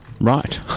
Right